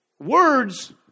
Words